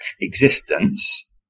existence